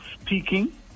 speaking